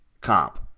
comp